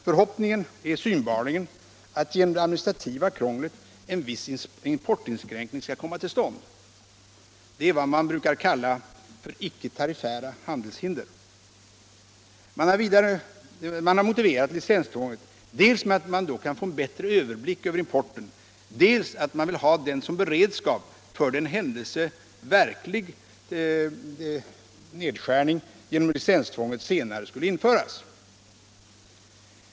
Förhoppningen är synbarligen att genom det administrativa krånglet en viss importinskränkning skall komma till stånd. Det är vad man brukar kalla för icke-tariffära handelshinder. Man har motiverat licenstvånget dels med att man då kan få en bättre överblick över importen, dels med att man vill ha det som beredskap för den händelse verklig nedskärning genom licenstvånget senare skulle införas.